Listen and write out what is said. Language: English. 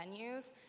venues